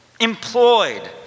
employed